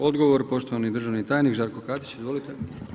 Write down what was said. Odgovor poštovani državni tajnik, Žarko Katić, izvolite.